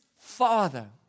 Father